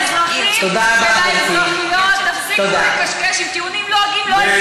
תנו תשובות לאזרחים ולאזרחיות ותפסיקו לקשקש עם טיעונים לוגיים לא,